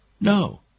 No